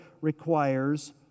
requires